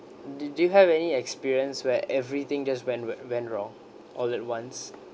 do do you have any experience where everything just went wen~ went wrong all at once